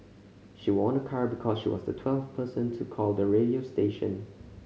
she won a car because she was the twelfth person to call the radio station